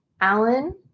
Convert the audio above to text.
Alan